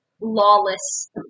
lawless